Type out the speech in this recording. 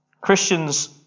Christians